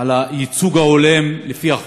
על הייצוג ההולם לפי החוק: